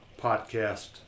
podcast